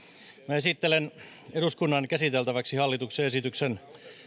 esittelen eduskunnan käsiteltäväksi hallituksen esityksen